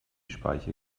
speiche